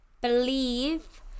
believe